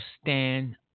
stand